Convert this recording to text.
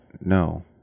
no